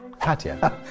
Katya